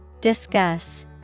Discuss